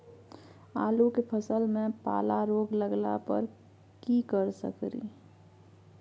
आलू के फसल मे पाला रोग लागला पर कीशकरि?